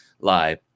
live